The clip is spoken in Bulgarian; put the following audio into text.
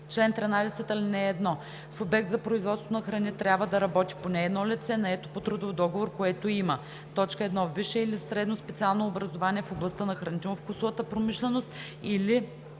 чл. 13: „Чл. 13. (1) В обект за производство на храни трябва да работи поне едно лице, наето по трудов договор, което има: 1. висше или средно специално образование в областта на хранително-вкусовата промишленост, или 2.